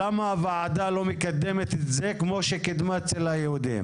למה הוועדה לא מקדמת את זה כמו שמקדמת את זה אצל היהודים?